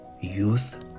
youth